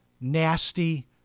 nasty